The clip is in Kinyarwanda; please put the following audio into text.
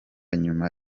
nyuma